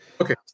Okay